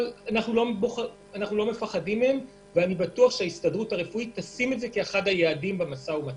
אנחנו לא מפחדים מזה ואני בטוח שהר"י תציב זאת כאחד היעדים במשא ומתן.